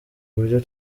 buryo